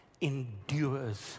endures